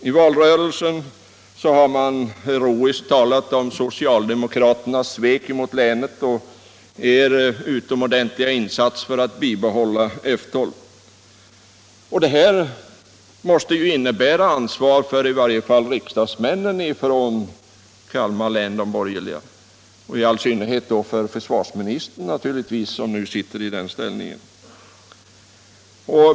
I valrörelsen har man heroiskt talat om socialdemokraternas svek mot länet och sin egen utomordentliga insats för att bibehålla F 12. Det här måste innebära ansvar för åtminstone de borgerliga riksdagsmännen från Kalmar län, i all synnerhet då för försvarsministern i hans ställning.